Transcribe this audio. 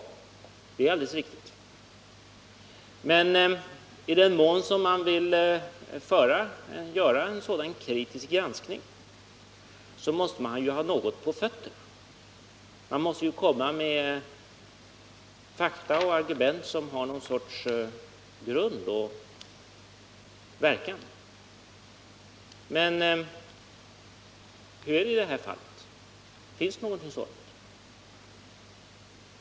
Ja, det är alldeles riktigt. Men i den mån man vill göra en sådan kritisk granskning måste man ha något på fötterna. Man måste lägga fram fakta och argument som har någon sorts grund och verkan. Men hur är det i det här fallet? Finns det någonting sådant?